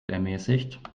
ermäßigt